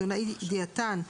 "תזונאי דיאטן",